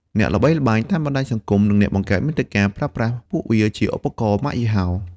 អ្នកល្បីល្បាញតាមបណ្ដាញសង្គម និងអ្នកបង្កើតមាតិកាប្រើប្រាស់ពួកវាជាឧបករណ៍ម៉ាកយីហោ។